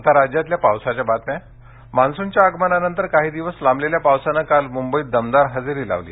आता राज्यातल्या पावसाच्या बातम्या मान्सूनच्या आगमनानंतर काही दिवस लांबलेल्या पावसाने काल मूंबईत दमदार हजेरी लावली